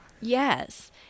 yes